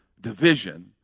division